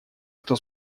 кто